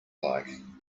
like